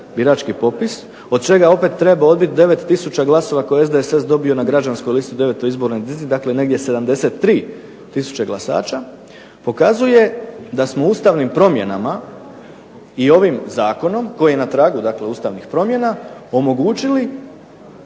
od čega opet treba odbiti 9000 glasova koje je SDSS dobio na građanskoj listi u 9 izbornoj jedinici. Dakle, negdje 73000 glasača pokazuje da smo ustavnim promjenama i ovim Zakonom koji je na tragu, dakle ustavnih promjena omogućili